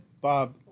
Bob